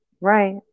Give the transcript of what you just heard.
Right